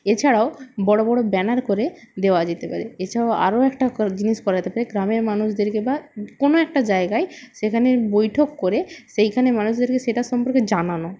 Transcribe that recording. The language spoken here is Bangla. এছাড়াও বড় বড় ব্যানার করে দেওয়া যেতে পারে এছাড়াও আরও একটা জিনিস করা যেতে পারে গ্রামের মানুষদেরকে বা কোনও একটা জায়গায় সেখানে বৈঠক করে সেইখানে মানুষদেরকে সেটার সম্পর্কে জানানো